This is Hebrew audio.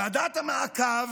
ועדת המעקב